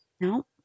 No